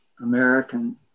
american